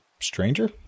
Stranger